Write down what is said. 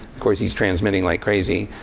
course, he's transmitting like crazy.